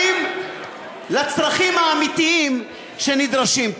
כספים לצרכים האמיתיים שנדרשים.